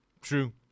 True